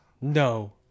No